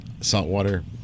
saltwater